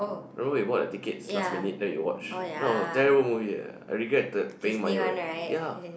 remember we bought the tickets last minute then we watch that was a terrible movie eh I regretted paying money for that ya